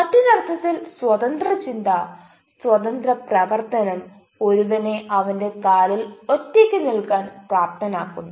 മറ്റൊരർത്ഥത്തിൽ സ്വതന്ത്ര ചിന്ത സ്വതന്ത്ര പ്രവർത്തനം ഒരുവനെ അവന്റെ കാലിൽ ഒറ്റയ്ക്ക് നിൽക്കാൻ പ്രാപ്തനാക്കുന്നു